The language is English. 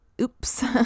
oops